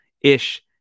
Ish